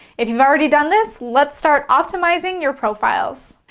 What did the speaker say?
if you've already done this, let's start optimizing your profiles.